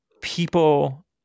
people